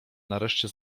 nareszcie